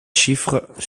chiffres